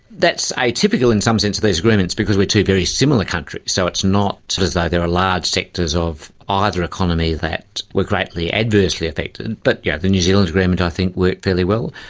that's atypical in some sense of these agreements because we are two very similar countries, so it's not as though there are large sectors of ah either economy that were greatly adversely affected, but yeah the new zealand agreement i think worked fairly well.